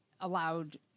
allowed